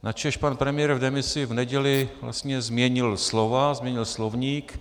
Načež pan premiér v demisi v neděli vlastně změnil slova, změnil slovník.